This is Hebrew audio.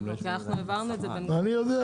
אנחנו העברנו את זה ל --- אני יודע,